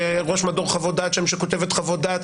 שראש מדור חוות דעת שם שכותבת חוות דעת,